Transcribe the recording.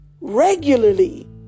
Regularly